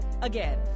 Again